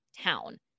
town